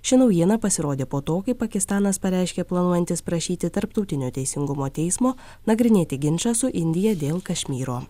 ši naujiena pasirodė po to kai pakistanas pareiškė planuojantis prašyti tarptautinio teisingumo teismo nagrinėti ginčą su indija dėl kašmyro